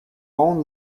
own